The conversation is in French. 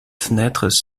fenêtres